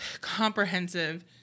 comprehensive